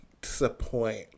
disappoint